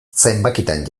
zenbakitan